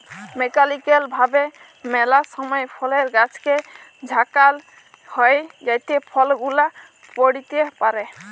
mechanical ভাবে ম্যালা সময় ফলের গাছকে ঝাঁকাল হই যাতে ফল গুলা পইড়তে পারে